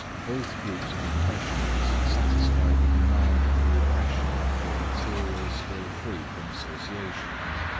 both groups of impressions satisfy the demand of the repression for material still free from associations,